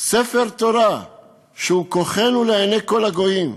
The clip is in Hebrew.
ספר תורה שהוא כוחנו לעיני כל הגויים,